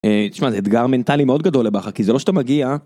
אהה, תשמע. אתגר מנטלי מאוד גדול לבכר, כי זה לא שאתה מגיע